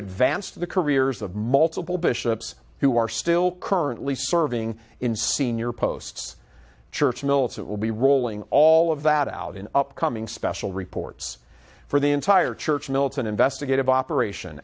advanced the careers of multiple bishops who are still currently serving in senior posts church militant will be rolling all of that out in upcoming special reports for the entire church militant investigative operation